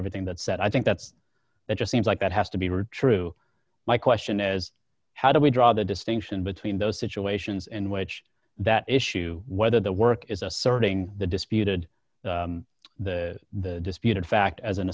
everything that said i think that's it just seems like that has to be were true my question is how do we draw the distinction between those situations in which that issue whether the work is asserting the disputed the disputed fact as an